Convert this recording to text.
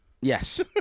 Yes